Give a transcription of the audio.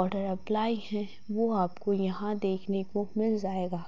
order apply हैं वो आपको यहाँ देखने को मिल जाएगा